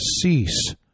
cease